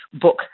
book